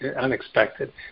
unexpected